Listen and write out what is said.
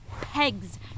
Pegs